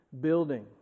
building